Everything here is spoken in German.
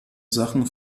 sachen